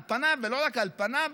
על פניו ולא רק על פניו,